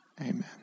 amen